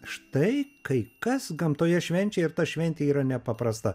štai kai kas gamtoje švenčia ir ta šventė yra nepaprasta